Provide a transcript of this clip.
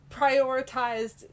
prioritized